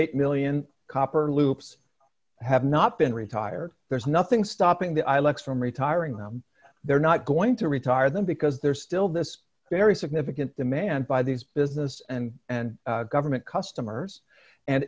eight million copper loops have not been retired there's nothing stopping the eye lex from retiring them they're not going to retire them because there's still this very significant demand by these business and and government customers and